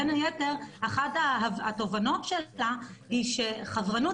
בין היתר אחת התובנות שהעלתה היא שחזרנות